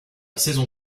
saison